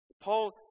Paul